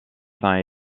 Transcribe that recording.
saint